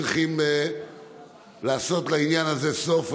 צריכים לעשות לעניין הזה סוף,